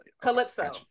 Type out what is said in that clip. Calypso